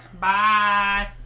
Bye